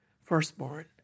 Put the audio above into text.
firstborn